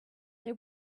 they